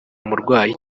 murwayi